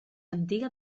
antiga